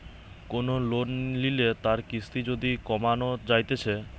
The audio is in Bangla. কোন লোন লিলে তার কিস্তি যদি কমানো যাইতেছে